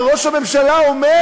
הרי ראש הממשלה אומר: